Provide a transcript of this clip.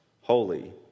holy